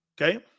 Okay